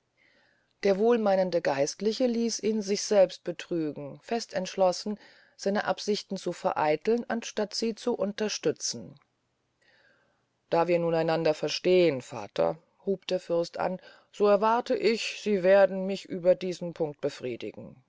der wohlmeinende geistliche ließ ihn sich selbst betrügen fest entschlossen seine absichten zu vereiteln anstatt sie zu unterstützen da wir nun einander verstehn vater hub der fürst an so erwarte ich sie werden mich über einen punkt befriedigen